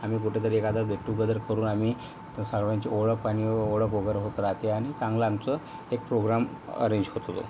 आणि कुठेतरी एखादं गेटटुगेदर करून आम्ही सर्वांची ओळख आणि ओळख वगैरे होत राहते आणि चांगला आमचा एक प्रोग्राम अरेंज होतो